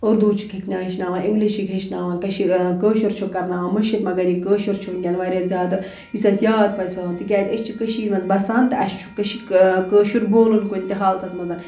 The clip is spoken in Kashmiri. اُردوٗ چھِکھ ہیٚچھناوان اِنٛگلِش چھِکھ ہیٚچھناوان کٔشیٖر کٲشُر چھُکھ کَرناوان مٔشِتھ مگر یہِ کٲشُر چھُ وُنکٮ۪ن واریاہ زیادٕ یُس اَسہِ یاد پَزِ تھاوُن تِکیٛازِ أسۍ چھِ کٔشیٖر منٛز بَسان تہٕ اَسہِ چھُ کٔش کٲشُر بولُن کُنہِ تہِ حالتَس منٛز